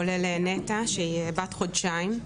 כולל נטע שהיא בת חודשיים.